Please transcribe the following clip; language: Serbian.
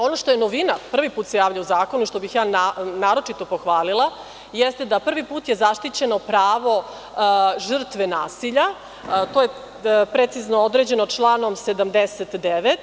Ono što je novina prvi put se javlja u zakonu, ono što bih ja naročito pohvalila jeste da prvi put je zaštićeno pravo žrtve nasilja, to je precizno određeno članom 79.